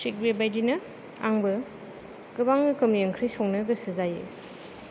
थिग बेबायदिनो आंबो गोबां रोखोमनि ओंख्रि संनो गोसो जायो